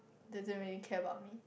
doesn't really care about me